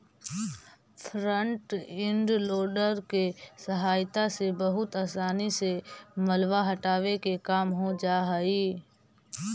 front end loader के सहायता से बहुत असानी से मलबा हटावे के काम हो जा हई